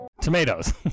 Tomatoes